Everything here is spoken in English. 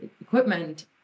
equipment